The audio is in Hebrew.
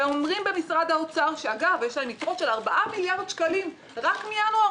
ואומרים במשרד האוצר אגב שיש להם יתרות של 4 מיליארד שקלים רק מינואר